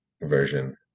version